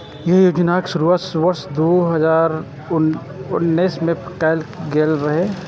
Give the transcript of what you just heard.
एहि योजनाक शुरुआत वर्ष दू हजार उन्नैस मे कैल गेल रहै